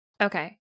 Okay